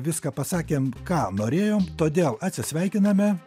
viską pasakėm ką norėjom todėl atsisveikiname